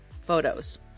photos